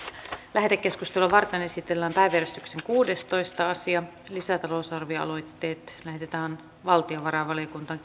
lähetekeskustelua varten esitellään päiväjärjestyksen kuudestoista asia lisätalousarvioaloitteet lähetetään valtiovarainvaliokuntaan